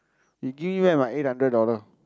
you give me back my eight hundred dollar